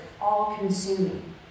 all-consuming